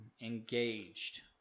engaged